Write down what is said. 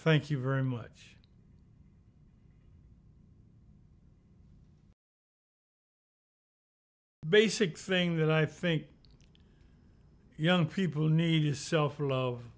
thank you very much basic thing that i think young people need a cell for love